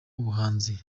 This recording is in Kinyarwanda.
ubuhanzi